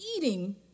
eating